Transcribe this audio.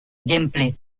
gameplay